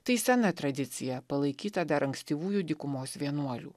tai sena tradicija palaikyta dar ankstyvųjų dykumos vienuolių